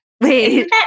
Wait